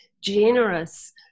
generous